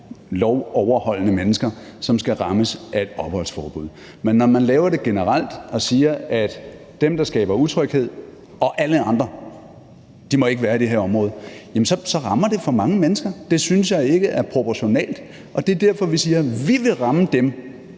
lovoverholdende mennesker, som skal rammes af et opholdsforbud. Men når man laver det generelt og siger, at dem, der skaber utryghed, og alle andre ikke må være i det her område, så rammer det for mange mennesker. Det synes jeg ikke er proportionalt, og det er derfor, vi siger, at vi vil ramme dem,